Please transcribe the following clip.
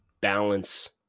balance